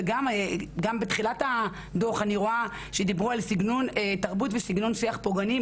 וגם בתחילת הדוח אני רואה שדיברו על תרבות וסגנון שיח פוגעני,